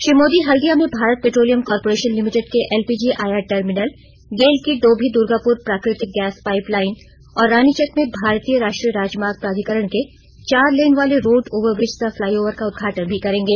श्री मोदी हल्दिया में Bharat petroleum corporation limited के LPG आयात टर्मिनल गेल की डोभी दुर्गापुर प्राकृ तिक गैस पाइपलाइन और रानीचक में भारतीय राष्ट्रीय राजमार्ग प्राधिकरण के चार लेन वाले रोड ओवरब्रिज सह फ्लाई ओवर का उद्घाटन भी करेंगे